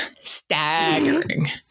staggering